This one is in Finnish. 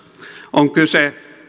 on kyse